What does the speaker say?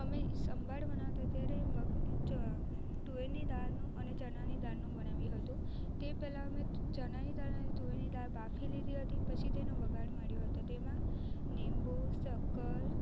અમે એ સંભાર બનાવતા ત્યારે મગ તુવેરની દારનું અને ચણાની દારનું બનાવ્યું હતું તે પહેલા અમે ચણાની દાળ અને તુવેરની દાળ બાફી લીધી હતી પછી તેનો વઘાર માંડ્યો હતો તેમાં લીંબુ શક્કર